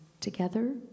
together